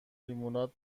لیموناد